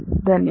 धन्यवाद